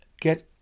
get